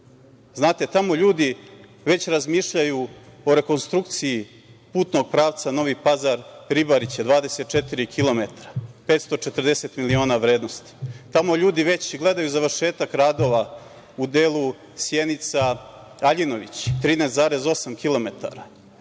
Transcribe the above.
tamo ljudi već razmišljaju o rekonstrukciji putnog pravca Novi Pazar-Ribariće, 24 kilometara, 540 miliona vrednost. Tamo ljudi već gledaju već završetak radova u delu Sjenica-Aljinović, 13,8 kilometara.